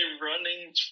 running